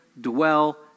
dwell